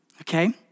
Okay